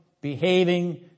behaving